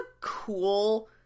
cool